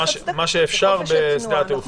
מה שאפשר בשדה התעופה.